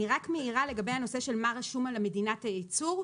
אני רק מעירה לגבי הנושא של מה רשום על מדינת הייצור.